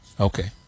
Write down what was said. Okay